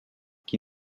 qui